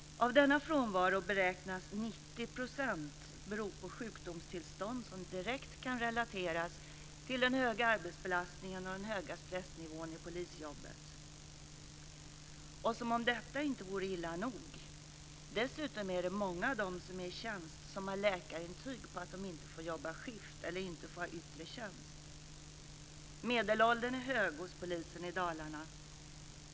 Av denna frånvaro beräknas 90 % bero på sjukdomstillstånd som direkt kan relateras till den höga arbetsbelastningen och den höga stressnivån i polisjobbet. Och som om detta inte vore illa nog: Dessutom är det många av dem som är i tjänst som har läkarintyg på att de inte får jobba skift eller ha yttre tjänst. Medelåldern är hög hos polisen i Dalarna.